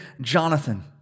Jonathan